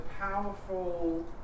powerful